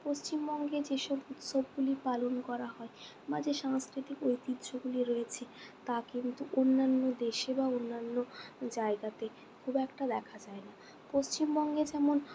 পশ্চিমবঙ্গে যেসব উৎসবগুলি পালন করা হয় বা যে সাংস্কৃতিক ঐতিহ্যগুলি রয়েছে তা কিন্তু অন্যান্য দেশে বা অন্যান্য জায়গাতে খুব একটা দেখা যায় না পশ্চিমবঙ্গে যেমন